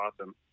awesome